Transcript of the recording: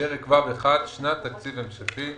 "פרק ו'1: שנת תקציב המשכי.